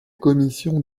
commission